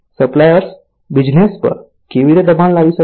suppliers business પર કેવી રીતે દબાણ લાવી શકે